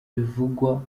bivugwa